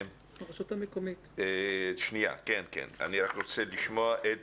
אני רוצה לשמוע את